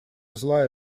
злая